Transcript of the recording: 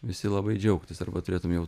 visi labai džiaugtis arba turėtum jau